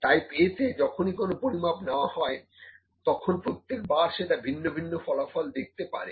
type A তে যখনই কোন পরিমাপ নেওয়া হয় তখন প্রত্যেকবার সেটা ভিন্ন ভিন্ন ফলাফল দেখতে পারে